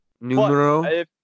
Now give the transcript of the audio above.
Numero